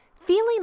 Feeling